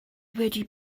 wedi